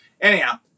Anyhow